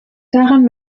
daran